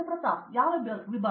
ಪ್ರತಾಪ್ ಹರಿದಾಸ್ ಯಾವ ವಿಭಾಗ